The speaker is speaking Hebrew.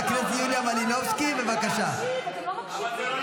--- אתה לא מקשיב, אתם לא